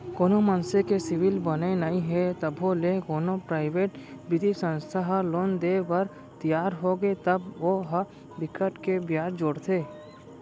कोनो मनसे के सिविल बने नइ हे तभो ले कोनो पराइवेट बित्तीय संस्था ह लोन देय बर तियार होगे तब ओ ह बिकट के बियाज जोड़थे